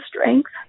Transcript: strength